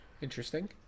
Interesting